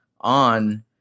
on